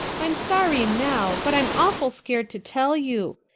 i'm sorry now but i'm awful scared to tell you.